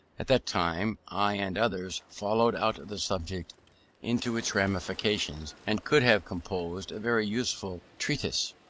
at that time i and others followed out the subject into its ramifications, and could have composed a very useful treatise,